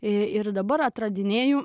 ir dabar atradinėju